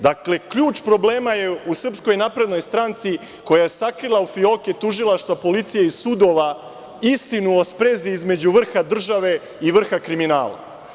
Dakle, ključ problema je u SNS koja je sakrila u fioke tužilaštva, policije i sudova istinu o sprezi između vrha države i vrha kriminal.